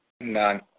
None